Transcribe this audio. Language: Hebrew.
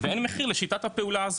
ואין מחיר לשיטת הפעולה הזו,